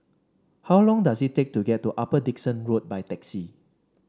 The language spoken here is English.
how long does it take to get to Upper Dickson Road by taxi